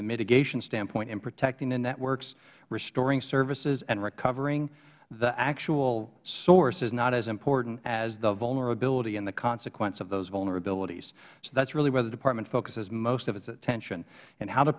the mitigation standpoint in protecting the networks restoring services and recovery the actual source is not as important as the vulnerability and the consequence of those vulnerabilities that is really where the department focuses most of its attention and how to